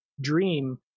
dream